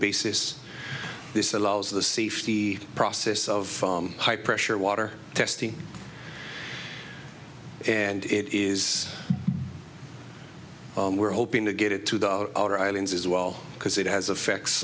basis this allows the safety process of high pressure water testing and it is we're hoping to get it to the outer islands as well because it has effects